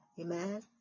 Amen